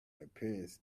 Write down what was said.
appearance